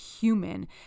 human